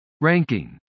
Ranking